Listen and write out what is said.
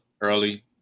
early